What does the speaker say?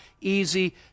easy